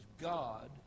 God